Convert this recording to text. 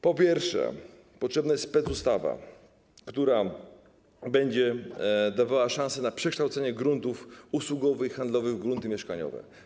Po pierwsze, potrzebna jest specustawa, która będzie dawała szanse na przekształcenie gruntów usługowych, handlowych w grunty mieszkaniowe.